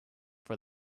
for